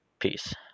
Peace